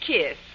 kiss